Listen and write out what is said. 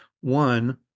one